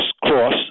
cross